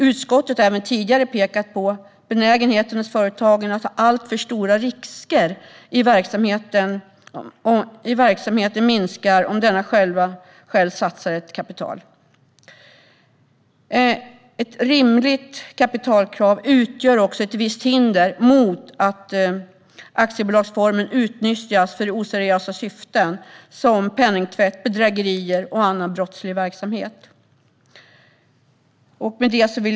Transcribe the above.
Utskottet har även tidigare pekat på att benägenheten hos företagaren att ta alltför stora risker i verksamheten minskar om denne själv satsar ett kapital. Ett rimligt kapitalkrav utgör också ett visst hinder mot att aktiebolagsformen utnyttjas för oseriösa syften såsom penningtvätt, bedrägeri och annan brottslig verksamhet.